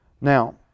Now